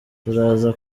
turaza